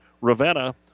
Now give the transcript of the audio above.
Ravenna